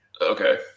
Okay